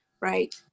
right